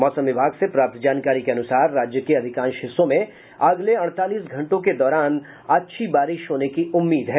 मौसम विभाग से प्राप्त जानकारी के अनुसार राज्य के अधिकांश हिस्सों में अगले अड़तालीस घंटों के दौरान अच्छी बारिश होने की उम्मीद है